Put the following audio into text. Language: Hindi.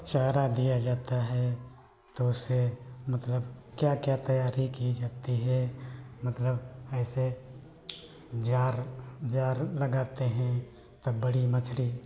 चारा दिया जाता है तो उससे मतलब क्या क्या तैयारी की जाती है मतलब ऐसे जार जार लगाते हैं तब बड़ी मछली